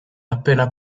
appena